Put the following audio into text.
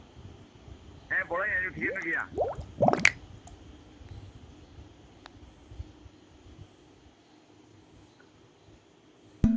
ᱦᱮᱸ ᱵᱚᱭᱦᱟ ᱤᱧᱤᱧ ᱴᱷᱤᱠᱟᱹᱭᱮᱫ ᱢᱮᱜᱮᱭᱟ